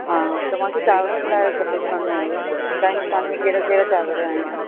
हा त मूंखे चांवरनि लाइ पतो करिणो हुओ तव्हांजी दुकान में कहिड़ा कहिड़ा चांवर आहिनि